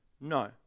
No